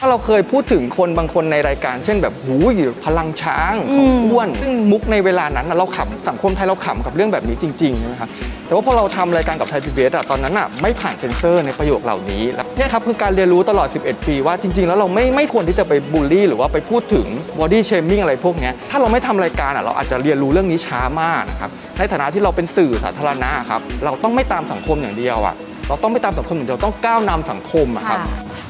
ถ้าเราเคยพูดถึงคนบางคนในรายการเช่นแบบหูยพลังช้างของอืมอ้วนซึ่งมุกในเวลานั้นน่ะเราขำ สังคมไทยเราขำกับเรื่องแบบนี้จริงๆนะครับ แต่ว่าพอเราทำรายการกับไทย PBS อ่ะ ตอนนั้นน่ะไม่ผ่านเซ็นเซอร์ในประโยคเหล่านี้ และเนี่ยครับคือการเรียนรู้ตลอด 11 ปีว่าจริงๆแล้วเราไม่- ไม่ควรที่จะไปบูลลี่หรือว่าไปพูดถึง body shaming อะไรพวกเนี้ย ถ้าเราไม่ทำรายการอ่ะเราอาจจะเรียนรู้เรื่องนี้ช้ามากนะครับ ในฐานะที่เราเป็นสื่อสาธารณะครับ เราต้องไม่ตามสังคมอย่างเดียวอ่ะ เราต้องไม่ตามแต่คนอย่างเดียว ต้องก้าวนำสังคมอ่ะครับ